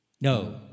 No